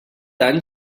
any